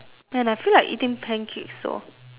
man I feel like eating pancakes so